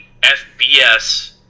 fbs